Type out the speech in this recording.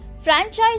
franchise